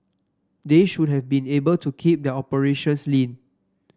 they should have been able to keep their operations lean